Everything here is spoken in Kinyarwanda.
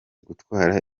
gutwara